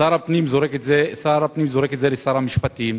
שר הפנים זורק את זה לשר המשפטים,